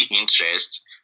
interest